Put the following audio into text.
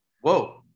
whoa